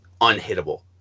unhittable